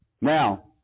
Now